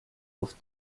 auf